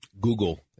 Google